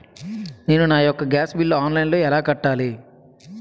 నేను నా యెక్క గ్యాస్ బిల్లు ఆన్లైన్లో ఎలా కట్టాలి?